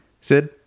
Sid